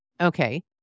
Okay